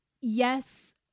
Yes